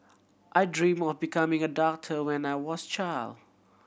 I dream of becoming a doctor when I was child